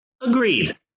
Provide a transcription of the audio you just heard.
Agreed